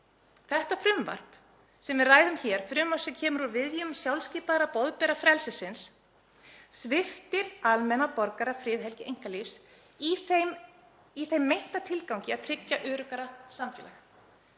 Þetta frumvarp sem við ræðum hér, frumvarp sem kemur úr viðjum sjálfskipaðra boðbera frelsisins, sviptir almenna borgara friðhelgi einkalífs í þeim meinta tilgangi að tryggja öruggara samfélag.